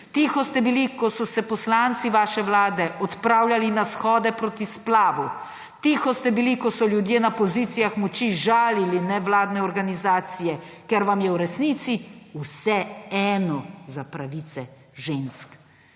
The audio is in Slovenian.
Tiho ste bili, ko so se poslanci vaše vlade odpravljali na shode proti splavu. Tiho ste bili, ko so ljudje na pozicijah moči žalili nevladne organizacije. Ker vam je v resnici vseeno za pravice žensk.